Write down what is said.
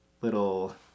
little